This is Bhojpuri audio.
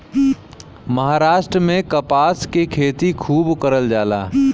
महाराष्ट्र में कपास के खेती खूब करल जाला